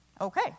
Okay